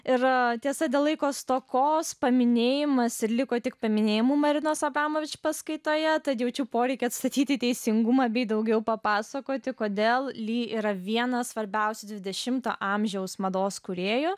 ir tiesa dėl laiko stokos paminėjimas liko tik paminėjimų marinos abramovičių paskaitoje tad jaučiu poreikį atstatyti teisingumą bei daugiau papasakoti kodėl lee yra vienas svarbiausių dvidešimto amžiaus mados kūrėjų